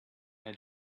had